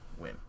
win